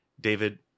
David